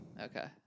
Okay